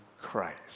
Christ